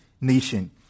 nation